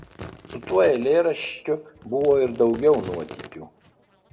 su tuo eilėraščiu buvo ir daugiau nuotykių